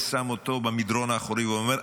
שם אותו במדרון האחורי ואומר,